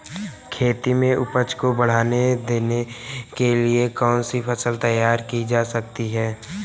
खेती में उपज को बढ़ावा देने के लिए कौन सी फसल तैयार की जा सकती है?